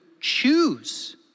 choose